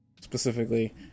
specifically